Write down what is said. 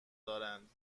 دارند